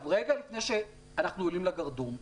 רגע לפני שאנחנו עולים לגרדום,